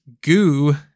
goo